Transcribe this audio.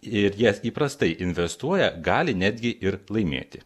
ir jie įprastai investuoja gali netgi ir laimėti